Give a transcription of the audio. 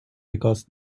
because